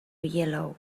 yellow